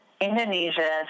Indonesia